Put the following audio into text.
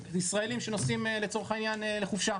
ישראלים שנוסעים לצורך העניין לחופשה.